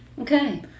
Okay